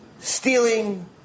stealing